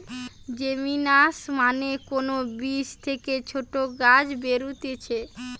germination মানে কোন বীজ থেকে ছোট গাছ বেরুতিছে